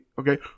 Okay